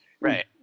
Right